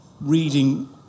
reading